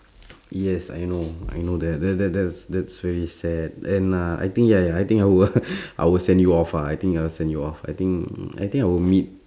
yes I know I know that that that that's that's very sad and uh I think ya ya I think I will I will send you off ah I think I will send you off I think I think I will meet